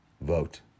vote